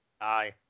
Aye